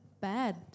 bad